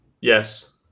Yes